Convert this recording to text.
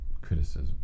criticism